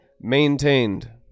maintained